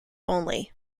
only